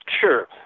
Sure